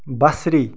بَصری